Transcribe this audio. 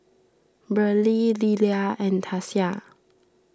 Beryl Lilia and Tasia